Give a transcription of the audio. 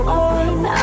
on